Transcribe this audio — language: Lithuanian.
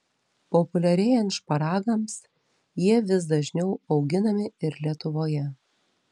populiarėjant šparagams jie vis dažniau auginami ir lietuvoje